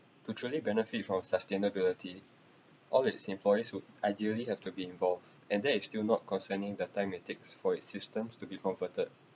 to truly benefit from sustainability all its employees would ideally have to be involved and then that's still not concerning the time it takes for its systems to be converted